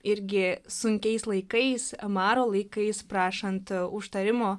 irgi sunkiais laikais maro laikais prašant užtarimo